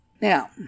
Now